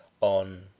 on